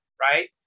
right